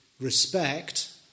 respect